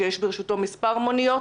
שיש ברשותו מספר מוניות,